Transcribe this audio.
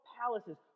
palaces